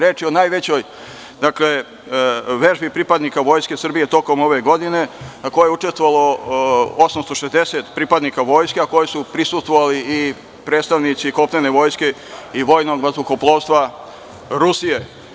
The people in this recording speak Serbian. Reč je o najvećoj vežbi pripadnika Vojske Srbije tokom ove godine na kojoj je učestvovalo 860 pripadnika Vojske, a kojoj su prisustvovali i pripadnici kopnene vojske i vojnog vazduhoplovstva Rusije.